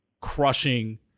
crushing